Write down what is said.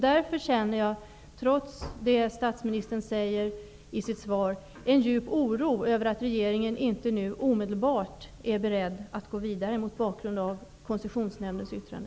Därför känner jag, trots det statsministern säger i sitt svar, en djup oro över att regeringen inte omedelbart är beredd att gå vidare mot bakgrund av Koncessionsnämndens yttrande.